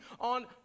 on